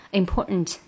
important